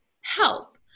help